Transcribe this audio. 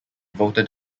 voted